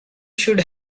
should